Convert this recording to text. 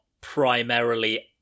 primarily